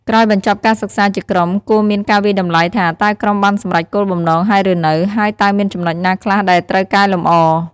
ក្រោយបញ្ចប់ការសិក្សាជាក្រុម គួរមានការវាយតម្លៃថា តើក្រុមបានសម្រេចគោលបំណងហើយឬនៅ ហើយតើមានចំណុចណាខ្លះដែលត្រូវកែលម្អ។